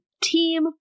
team